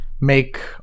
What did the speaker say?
make